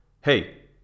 hey